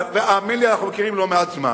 האמן לי, אנחנו מכירים לא מעט זמן.